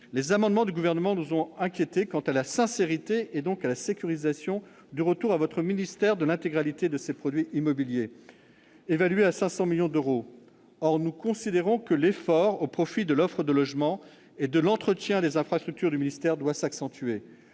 les amendements du Gouvernement nous ont inquiétés quant à la sincérité et donc à la sécurisation du retour à votre ministère de l'intégralité de ses produits immobiliers, évalués à 500 millions d'euros. Or nous considérons que l'effort au profit de l'offre de logements et de l'entretien des infrastructures du ministère doit s'accentuer.